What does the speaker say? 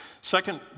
second